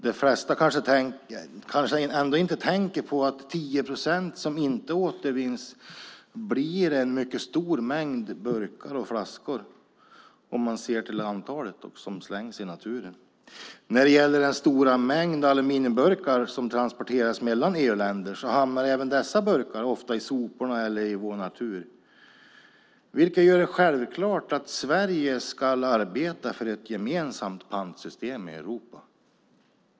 De flesta kanske ändå inte tänker på att de 10 procent som inte återvinns blir en mycket stor mängd burkar och flaskor om man ser till det antal som slängs i naturen. Den stora mängd aluminiumburkar som transporteras mellan EU-länder hamnar även den ofta i soporna eller i vår natur. Detta gör det självklart att Sverige ska arbeta för ett gemensamt pantsystem i Europa.